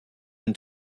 and